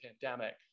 pandemic